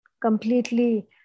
completely